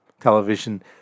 television